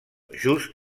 just